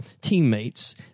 teammates